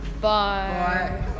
Bye